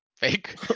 fake